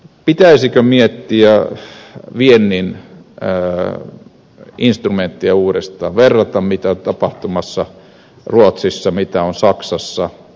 pitäisikö miettiä viennin instrumentteja uudestaan verrata mitä on tapahtumassa ruotsissa mitä saksassa